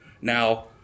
now